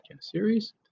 series